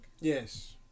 Yes